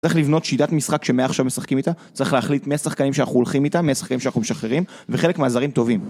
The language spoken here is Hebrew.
צריך לבנות שיטת משחק שמעכשיו משחקים איתה, צריך להחליט מי השחקנים שאנחנו הולכים איתם, מי השחקנים שאנחנו משחררים וחלק מהזרים טובים